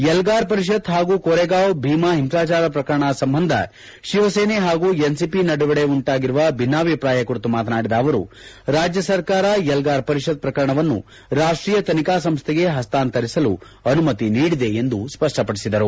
ಎಲ್ಗಾರ್ ಪರಿಷತ್ ಹಾಗು ಕೋರೆಗಾವ್ ಭೀಮಾ ಹಿಂಸಾಚಾರ ಪ್ರಕರಣ ಸಂಬಂಧ ಶಿವಸೇನೆ ಹಾಗು ಎನ್ಸಿಪಿ ನಡುವಣ ಉಂಟಾಗಿರುವ ಭಿನ್ನಾಭಿಪ್ರಾಯ ಕುರಿತು ಮಾತನಾಡಿದ ಅವರು ರಾಜ್ಯ ಸರ್ಕಾರ ಎಲ್ಗಾರ್ ಪರಿಷತ್ ಪ್ರಕರಣವನ್ನು ರಾಷ್ಷೀಯ ತನಿಖಾ ಸಂಸ್ಟೆಗೆ ಹಸ್ತಾಂತರಿಸಲು ಅನುಮತಿ ನೀಡಿದೆ ಎಂದು ಸ್ಪಷ್ಟಪಡಿಸಿದರು